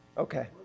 Okay